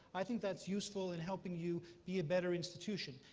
i think that's useful in helping you be a better institution.